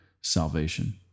salvation